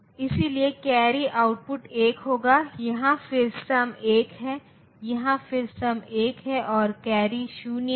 इसलिए अगर मैं 6 बिट का प्रतिनिधित्व लेता हूं तो मैं 44 का प्रतिनिधित्व नहीं कर सकता हूं